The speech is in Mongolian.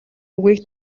үгийг